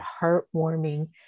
heartwarming